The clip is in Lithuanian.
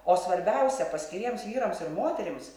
o svarbiausia paskiriems vyrams ir moterims